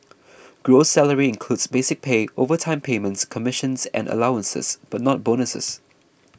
gross salary includes basic pay overtime payments commissions and allowances but not bonuses